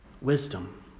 wisdom